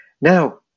Now